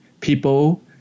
people